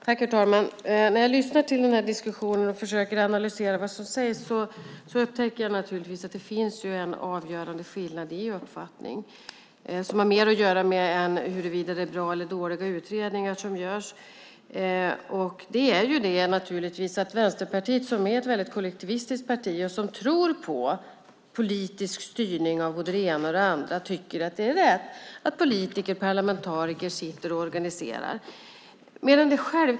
Herr talman! När jag lyssnar till den här diskussionen och försöker analysera vad som sägs upptäcker jag att det finns en avgörande skillnad i uppfattning som har att göra med mer än huruvida det är bra eller dåliga utredningar som görs, och det är att Vänsterpartiet, som är ett väldigt kollektivistiskt parti och som tror på politisk styrning av både det ena och det andra, tycker att det är rätt att politiker, parlamentariker, organiserar.